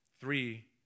Three